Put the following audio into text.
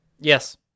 Yes